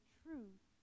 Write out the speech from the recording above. truth